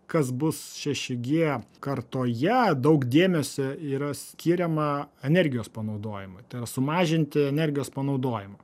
kas bus šeši gie kartoje daug dėmesio yra skiriama energijos panaudojimui tai yra sumažinti energijos panaudojimą